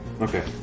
Okay